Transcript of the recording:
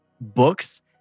books